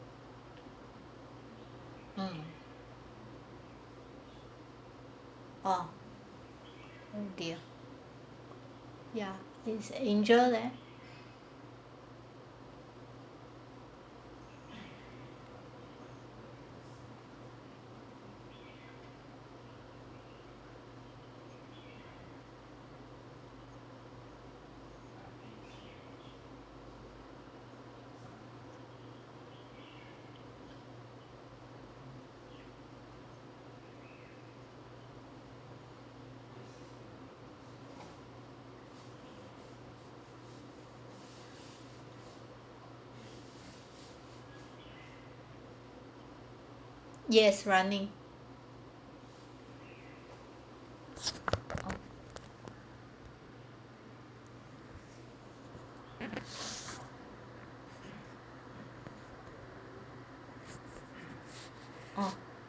mm orh oh dear ya is angel yes running uh